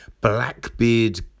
Blackbeard